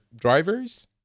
drivers